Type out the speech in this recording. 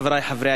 תחילה,